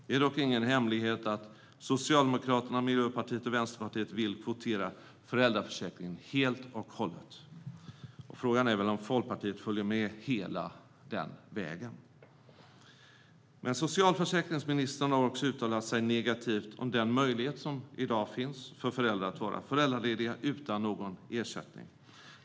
Det är dock ingen hemlighet att Socialdemokraterna, Miljöpartiet och Vänsterpartiet vill kvotera föräldraförsäkringen helt och hållet. Frågan är om Folkpartiet följer med hela vägen. Socialförsäkringsministern har också uttalat sig negativt om den möjlighet som i dag finns för föräldrar att vara föräldralediga utan någon ersättning.